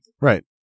Right